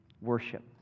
Worship